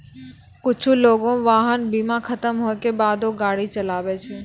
कुछु लोगें वाहन बीमा खतम होय के बादो गाड़ी चलाबै छै